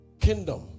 kingdom